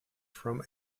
from